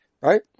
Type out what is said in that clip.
right